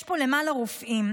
יש פה למעלה רופאים,